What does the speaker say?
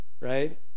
right